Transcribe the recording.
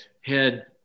head